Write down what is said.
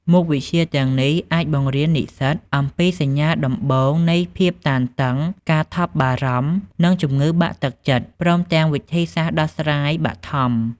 មុខវិជ្ជាទាំងនេះអាចបង្រៀននិស្សិតអំពីសញ្ញាដំបូងនៃភាពតានតឹង ការថប់បារម្ភ និងជំងឺបាក់ទឹកចិត្ត ព្រមទាំងវិធីសាស្ត្រដោះស្រាយបឋម។